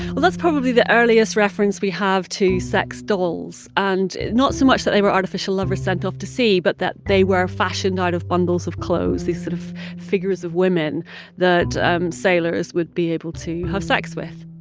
well, that's probably the earliest reference we have to sex dolls and not so much that they were artificial lovers sent off to sea but that they were fashioned out of bundles of clothes, these sort of figures of women that sailors would be able to have sex with.